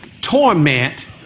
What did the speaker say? torment